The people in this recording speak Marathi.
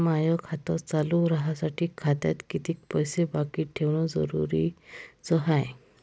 माय खातं चालू राहासाठी खात्यात कितीक पैसे बाकी ठेवणं जरुरीच हाय?